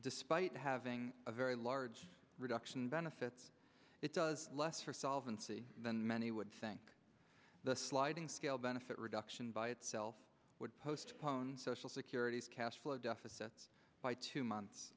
despite having a very large reduction in benefits it does less for solvency than many would think the sliding scale benefit reduction by itself would postpone social security's cash flow deficit by two months